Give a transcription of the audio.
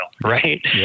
right